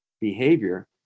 behavior